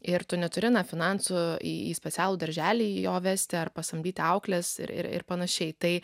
ir tu neturi na finansų į į specialų darželį jo vesti ar pasamdyti auklės ir ir pan tai